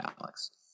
Alex